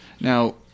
Now